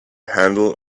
handle